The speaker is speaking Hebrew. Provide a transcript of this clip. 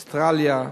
אוסטרליה,